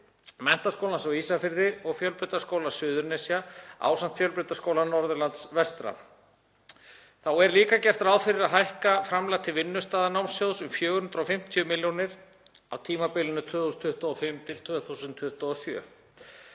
Menntaskólans á Ísafirði og Fjölbrautaskóla Suðurnesja, ásamt Fjölbrautaskóla Norðurlands vestra. Þá er líka gert ráð fyrir að hækka framlag til vinnustaðanámssjóðs um 450 milljónir á tímabilinu 2025–2027.